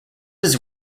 his